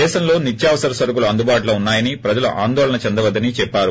దేశంలో నిత్యాసర సరకులు అందుబాటులో ఉన్నా యని ప్రజలు ఆందోళన చెందవద్దని చెప్పారు